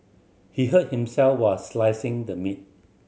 he hurt himself were slicing the meat